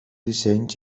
dissenys